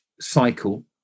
cycle